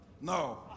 No